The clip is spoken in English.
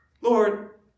Lord